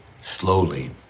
slowly